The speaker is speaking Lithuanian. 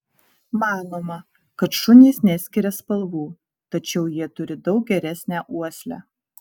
manoma kad šunys neskiria spalvų tačiau jie turi daug geresnę uoslę